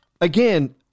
again